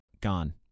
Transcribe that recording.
gone